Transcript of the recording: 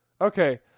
Okay